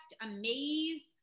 amazed